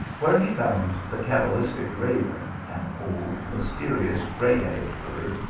where he found the cabalistic raven, an old, mysterious, gray-headed bird,